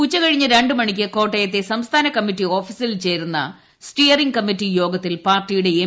ഉച്ചകഴിഞ്ഞ് രണ്ട് മണിക്ക് കോട്ടയത്തെ സംസ്ഥാന കമ്മിറ്റി ഓഫീസിൽ ചേരുന്ന സ്റ്റിയറിംഗ് കമ്മിറ്റി യോഗത്തിൽ പാർട്ടിയുടെ എം